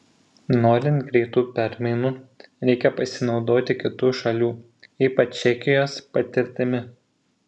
norint greitų permainų reikia pasinaudoti kitų šalių ypač čekijos patirtimi